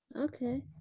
okay